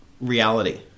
reality